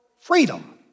freedom